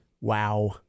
Wow